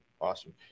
Awesome